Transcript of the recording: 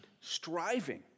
striving